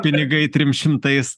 pinigai trim šimtais